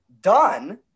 Done